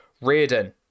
Reardon